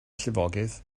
llifogydd